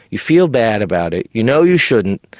you feel bad about it, you know you shouldn't,